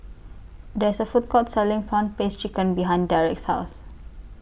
There IS A Food Court Selling Prawn Paste Chicken behind Derrick's House